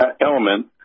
element